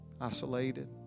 isolated